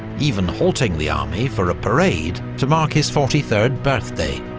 even halting the army for a parade to mark his forty third birthday.